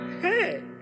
Hey